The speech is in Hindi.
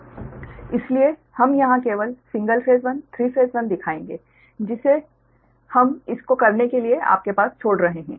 इसलिए हम यहां केवल single phase one 3 phase one दिखाएंगे जिसे हम इस को करने के लिए आपके पास छोड़ रहे हैं